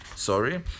sorry